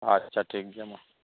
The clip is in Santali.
ᱟᱪᱪᱷᱟ ᱴᱷᱤᱠ ᱜᱮᱭᱟ ᱢᱟ